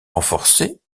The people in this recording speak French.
renforcées